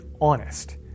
honest